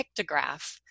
pictograph